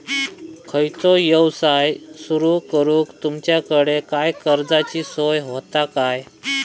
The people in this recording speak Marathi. खयचो यवसाय सुरू करूक तुमच्याकडे काय कर्जाची सोय होता काय?